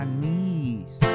knees